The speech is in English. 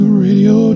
radio